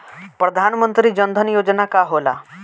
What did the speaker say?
प्रधानमंत्री जन धन योजना का होला?